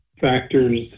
factors